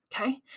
Okay